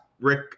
Rick